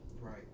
Right